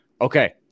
okay